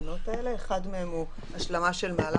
אחד מהם הוא השלמת מהלך,